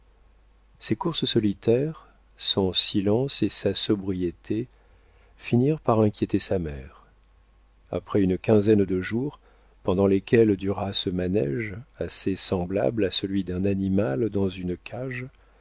ses courses solitaires son silence et sa sobriété finirent par inquiéter sa mère après une quinzaine de jours pendant lesquels dura ce manége assez semblable à celui d'un animal dans une cage